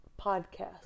podcast